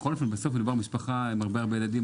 בסוף מדובר במשפחה עם הרבה הרבה ילדים.